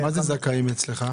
מה זה זכאים אצלך?